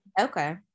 okay